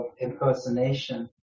impersonation